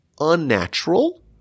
unnatural